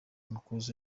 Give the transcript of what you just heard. makuza